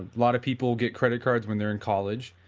lot of people get credit cards when they are in college,